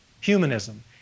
Humanism